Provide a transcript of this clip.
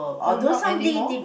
oh not anymore